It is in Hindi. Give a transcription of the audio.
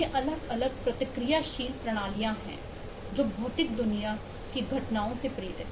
ये अलग अलग प्रतिक्रियाशील प्रणालियां हैं जो भौतिक दुनिया की घटनाओं से प्रेरित हैं